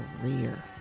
career